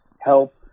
help